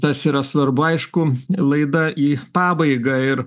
tas yra svarbu aišku laida į pabaigą ir